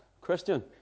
Christian